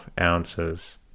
ounces